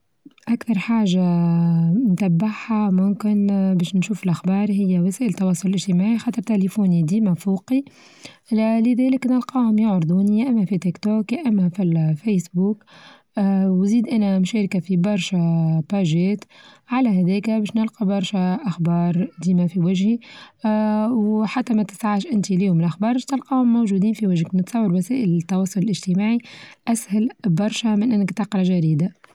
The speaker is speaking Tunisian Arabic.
أكثر حاچة نتبعها ممكن باش نشوف الأخبار هي وسائل التواصل الإچتماعي خاطر تيليفوني ديما فوقي، لذلك نلقاهم يعرضوني يا إما في تيك توك يا إما في الفيسبوك، آ وزيد أنا مشاركة في برشا باجات على هذاكا باش نلقى برشا أخبار ديما في وچهي اه وحتى ما تنفعش أنت اليوم الأخبار باش تلقاوهم موجودين في وچهك، بتصور وسائل التواصل الإجتماعي أسهل برشا من أنك تقرا جريدة.